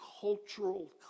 cultural